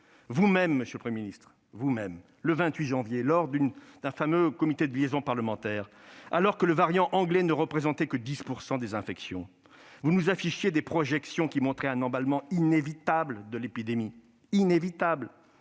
Vous-même, monsieur le Premier ministre, le 28 janvier, lors d'un fameux comité de liaison parlementaire, alors que le variant anglais ne représentait que 10 % des infections, vous nous affichiez des projections qui montraient un emballement inévitable de l'épidémie. Ces